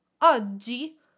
oggi